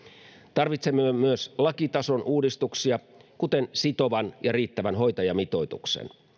tarvitsemme myös lakitason uudistuksia kuten sitovan ja riittävän hoitajamitoituksen